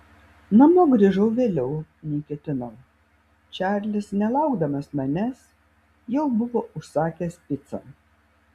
namo grįžau vėliau nei ketinau čarlis nelaukdamas manęs jau buvo užsakęs picą